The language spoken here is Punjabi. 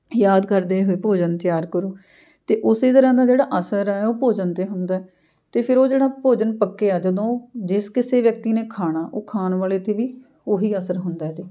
ਯਾਦ ਕਰਦੇ ਹੋਏ ਭੋਜਨ ਤਿਆਰ ਕਰੋ ਅਤੇ ਉਸੇ ਤਰ੍ਹਾਂ ਦਾ ਜਿਹੜਾ ਅਸਰ ਹੈ ਉਹ ਭੋਜਨ 'ਤੇ ਹੁੰਦਾ ਅਤੇ ਫਿਰ ਉਹ ਜਿਹੜਾ ਭੋਜਨ ਪੱਕਿਆ ਜਦੋਂ ਉਹ ਜਿਸ ਕਿਸੇ ਵਿਅਕਤੀ ਨੇ ਖਾਣਾ ਉਹ ਖਾਣ ਵਾਲੇ 'ਤੇ ਵੀ ਉਹ ਹੀ ਅਸਰ ਹੁੰਦਾ ਹੈ ਜੀ